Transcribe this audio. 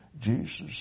Jesus